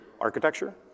architecture